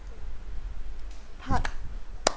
part